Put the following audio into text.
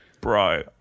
Bro